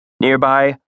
Nearby